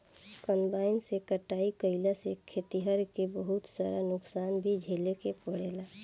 combine से कटाई कईला से खेतिहर के बहुत सारा नुकसान भी झेले के पड़ेला